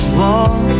wall